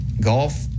golf